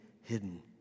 Hidden